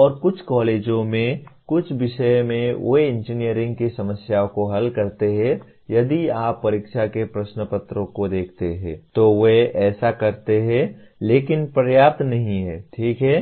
और कुछ कॉलेजों में कुछ विषयों में वे इंजीनियरिंग की समस्याओं को हल करते हैं यदि आप परीक्षा के प्रश्नपत्रों को देखते हैं तो वे ऐसा करते हैं लेकिन पर्याप्त नहीं है ठीक है